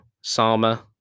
Sama